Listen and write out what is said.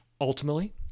ultimately